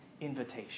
invitation